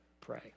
pray